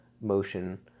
motion